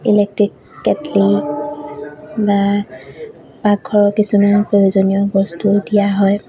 electric kettle বা পাকঘৰৰ কিছুমান প্ৰয়োজনীয় বস্তু দিয়া হয়